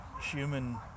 human